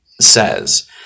says